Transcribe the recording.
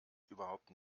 überhaupt